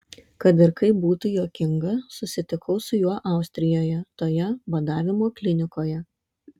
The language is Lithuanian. kad ir kaip būtų juokinga susitikau su juo austrijoje toje badavimo klinikoje